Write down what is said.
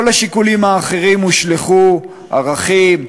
כל השיקולים האחרים הושלכו: ערכים,